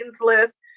list